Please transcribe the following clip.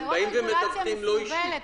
זו עוד רגולציה מסורבלת,